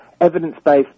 evidence-based